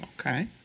Okay